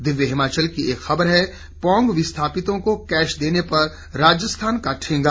दिव्य हिमाचल की एक खबर है पौंग विस्थापितों को कैश देने पर राजस्थान का ठेंगा